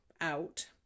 out